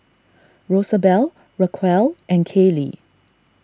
Rosabelle Raquel and Caylee